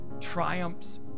triumphs